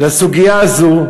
לסוגיה הזאת,